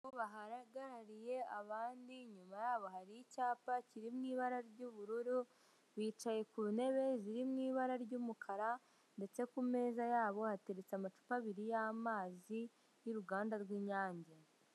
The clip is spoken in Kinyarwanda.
Abagabo bahagarariye abandi inyuma yabo hari icyapa kiri mu ibara ry'ubururu bicaye ku ntebe ziri mu ibara ry'umukara ndetse ku meza yabo hateretse amacupa abiri y'amazi y'uruganda rw'inyange .